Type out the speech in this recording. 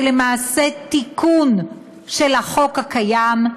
שהיא למעשה תיקון של החוק הקיים,